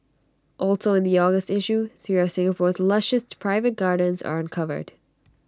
also in the August issue three of Singapore's lushest private gardens are uncovered